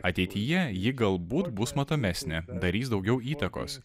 ateityje ji galbūt bus matomesnė darys daugiau įtakos